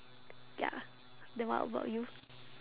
ya then what about you